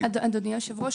אדוני היו"ר,